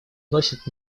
носят